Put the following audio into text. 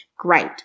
great